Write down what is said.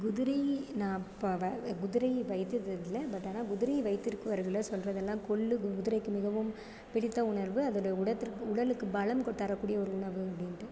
குதிரை நான் குதிரை வைத்ததில்ல பட் ஆனால் குதிரை வைத்திருக்கிறவர்கள சொல்கிறதெல்லா கொள்ளு குதிரைக்கு மிகவும் பிடித்த உணவு அதில் உடத்திற்கு உடலுக்கு பலம் கொடு தரக்கூடிய ஒரு உணவு அப்படின்ட்டு